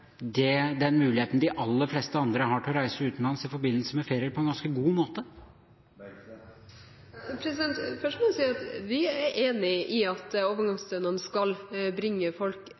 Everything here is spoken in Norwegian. til den muligheten de aller fleste andre har til å reise utenlands i forbindelse med ferier på en ganske god måte? Først må jeg si at vi er enig i at overgangsstønaden skal bringe folk